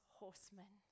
horsemen